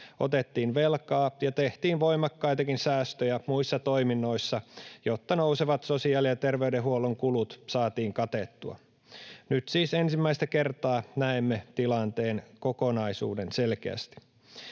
otettiin velkaa ja tehtiin voimakkaitakin säästöjä muissa toiminnoissa, jotta nousevat sosiaali- ja terveydenhuollon kulut saatiin katettua. Nyt siis ensimmäistä kertaa näemme tilanteen kokonaisuuden selkeästi.